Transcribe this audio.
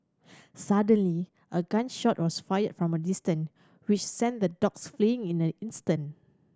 suddenly a gun shot was fired from a distant which sent the dogs fleeing in the instant